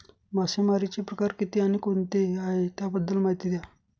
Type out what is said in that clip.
मासेमारी चे प्रकार किती आणि कोणते आहे त्याबद्दल महिती द्या?